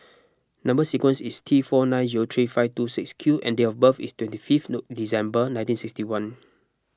Number Sequence is T four nine zero three five two six Q and date of birth is twenty fifth no December nineteen sixty one